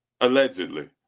allegedly